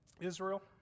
Israel